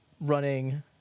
running